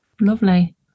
Lovely